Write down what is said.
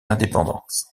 indépendance